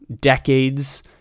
decades